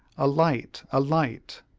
a light! a light!